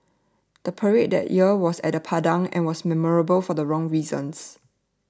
the parade that year was at the Padang and was memorable for the wrong reasons